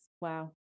wow